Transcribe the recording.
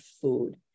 food